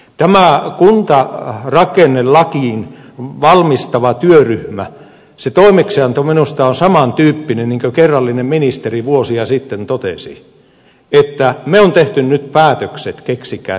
tämä on sentään rakennella niin on kuntarakennelakia valmistelevan työryhmän toimeksianto minusta on samantyyppinen niin kuin se kun kerrallinen ministeri vuosia sitten totesi että me on tehty nyt päätökset keksikää te perustelut